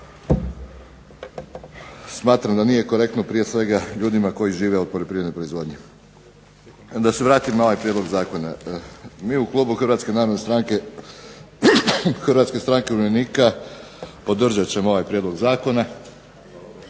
smatram da nije korektno, prije svega ljudima koji žive od poljoprivredne proizvodnje. Da se vratim na ovaj prijedlog zakona. Mi u klubu HNS-HSU-a podržat ćemo ovaj prijedlog zakona